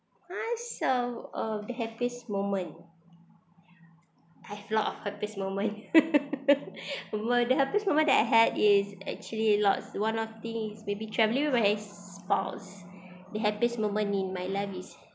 mine so uh to have this moment I have a lot of happiest moment were the happiest moment that I had is actually lots one of these may be travelling ways spouse the happiest moment in my life is